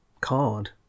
card